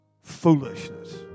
foolishness